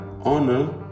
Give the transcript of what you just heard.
honor